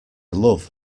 love